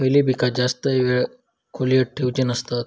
खयली पीका जास्त वेळ खोल्येत ठेवूचे नसतत?